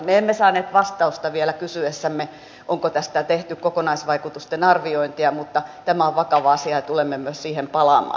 me emme saaneet vastausta vielä kysyessämme onko tästä tehty kokonaisvaikutusten arviointia mutta tämä on vakava asia ja tulemme myös siihen palaamaan